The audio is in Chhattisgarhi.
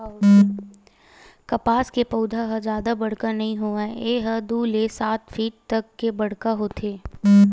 कपसा के पउधा ह जादा बड़का नइ राहय ए ह दू ले सात फीट तक के बड़का होथे